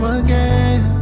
again